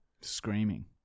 Screaming